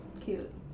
Cute